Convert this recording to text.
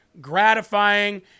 gratifying